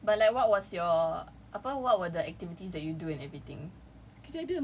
no but like but like what was your apa what were the activities that you do and everything